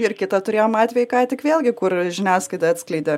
ir kitą turėjom atvejį ką tik vėlgi kur žiniasklaida atskleidė